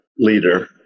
leader